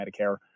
Medicare